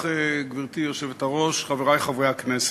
גברתי היושבת-ראש, תודה רבה לך, חברי חברי הכנסת,